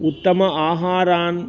उत्तम आहारान्